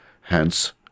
hence